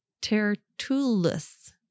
Tertullus